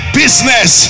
business